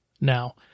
Now